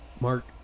Mark